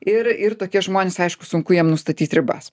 ir ir tokie žmonės aišku sunku jam nustatyt ribas